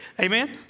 Amen